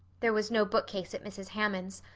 there was no bookcase at mrs. hammond's.